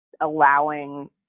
allowing